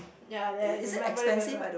ya they remember it very well